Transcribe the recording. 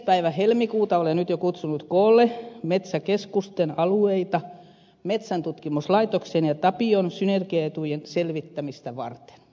päivä helmikuuta olen nyt jo kutsunut koolle metsäkeskusten alueita metsäntutkimuslaitoksen ja tapion synergiaetujen selvittämistä varten